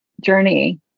journey